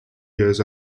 years